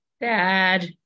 Dad